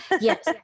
yes